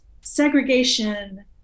segregation